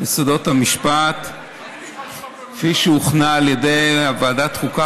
יסודות המשפט כפי שהוכנה על ידי ועדת חוקה,